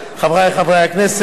חברי חברי הכנסת,